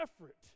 effort